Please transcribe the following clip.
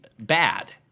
bad